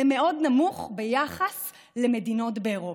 זה מאוד נמוך ביחס למדינות באירופה.